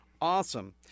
Awesome